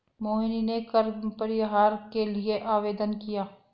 मोहिनी ने कर परिहार के लिए आवेदन किया